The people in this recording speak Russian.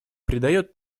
придает